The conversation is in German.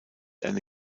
eine